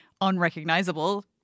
unrecognizable